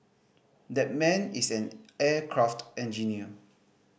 that man is an aircraft engineer